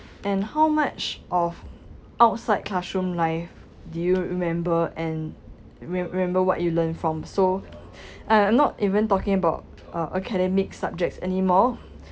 and how much of outside classroom life do you remember and re~ remember what you learned from so I'm not even talking about uh academic subjects anymore